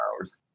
hours